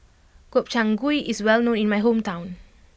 Gobchang Gui is well known in my hometown